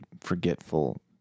forgetful